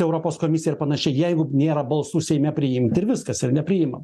europos komisija ir panašiai jeigu nėra balsų seime priimt ir viskas ir nepriimam